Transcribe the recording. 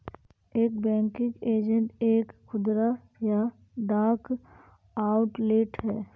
एक banking agent एक खुदरा या डाक आउटलेट है